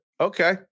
Okay